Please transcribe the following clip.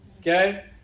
Okay